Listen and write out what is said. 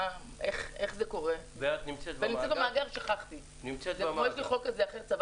במסגרת אותם כללים בוצע